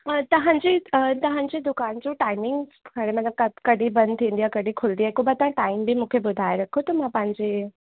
हा तव्हांजे तव्हांजे दुकान जो टाइमिंग हाणे मतिलब क कॾहिं बंदि थींदी आहे कॾहिं खुलंदी आहे हिक बार टाइम बि मूंखे ॿुधाए रखो त मां पंहिंजे